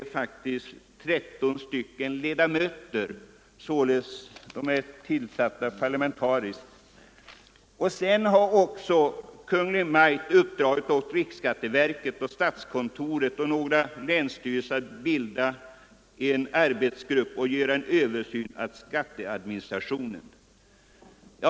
Slutligen har Kungl. Maj:t också uppdragit åt riksskatteverket och statskontoret samt några länsstyrelser att bilda en arbetsgrupp och företa en översyn av skatteadministrationen.